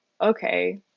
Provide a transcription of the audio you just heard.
okay